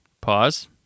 pause